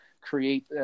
create